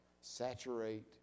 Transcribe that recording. saturate